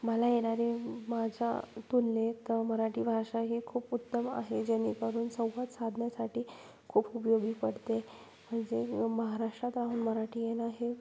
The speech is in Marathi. मला येणारे माझ्या तुलनेत मराठी भाषा ही खूप उत्तम आहे जेणेकरून संवाद साधण्यासाठी खूप उपयोगी पडते म्हणजे महाराष्ट्रात राहून मराठी येणं हे